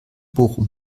bochum